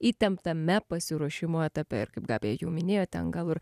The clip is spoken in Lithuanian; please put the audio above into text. įtemptame pasiruošimo etape ir kaip gabija jau minėjo ten gal ir